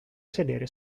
sedere